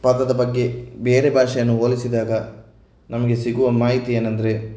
ಪದದ ಬಗ್ಗೆ ಬೇರೆ ಭಾಷೆಯನ್ನು ಹೋಲಿಸಿದಾಗ ನಮಗೆ ಸಿಗುವ ಮಾಹಿತಿ ಏನೆಂದರೆ